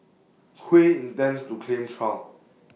Hui intends to claim trial